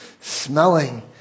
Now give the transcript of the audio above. smelling